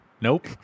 Nope